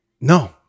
No